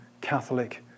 Catholic